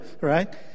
right